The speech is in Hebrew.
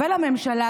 ולממשלה,